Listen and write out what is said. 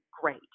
great